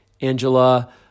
Angela